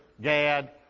Gad